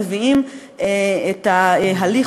מביאים הליך,